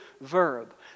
verb